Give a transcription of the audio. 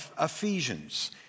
Ephesians